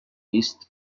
vist